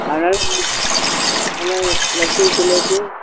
அதனால் நீங்கள் அதுதான் லட்டு ஜிலேபி